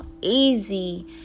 easy